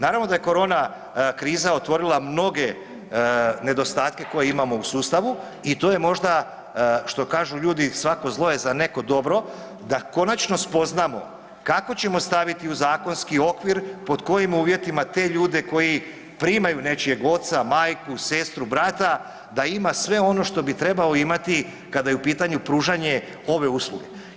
Naravno da je korona kriza otvorila mnoge nedostatke koje imamo u sustavu i to je možda što kažu ljudi, svako zlo je za neko dobro, da konačno spoznamo kako ćemo staviti u zakonski okvir, pod kojim uvjetima te ljude koji primaju nečijeg oca, majku, sestru, brata da ima sve ono što bi trebao imati kada je u pitanju pružanje ove usluge.